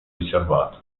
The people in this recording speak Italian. riservato